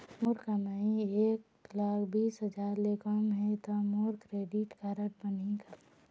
मोर कमाई एक लाख बीस हजार ले कम हे त मोर क्रेडिट कारड बनही का?